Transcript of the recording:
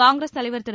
காங்கிரஸ் தலைவர் திரு